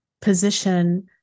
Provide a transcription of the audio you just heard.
position